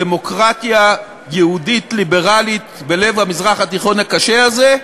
דמוקרטיה יהודית ליברלית בלב המזרח התיכון הקשה הזה.